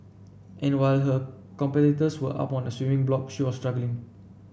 and while her competitors were up on the swimming block she was struggling